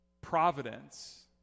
providence